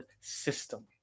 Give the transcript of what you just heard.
system